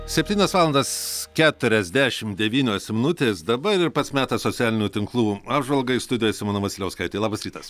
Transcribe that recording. septynios valandos keturiasdešim devynios minutės dabar ir pats metas socialinių tinklų apžvalgai studijoj simona vasiliauskaitė labas rytas